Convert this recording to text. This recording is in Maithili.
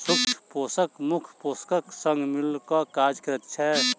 सूक्ष्म पोषक मुख्य पोषकक संग मिल क काज करैत छै